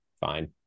Fine